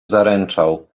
zaręczał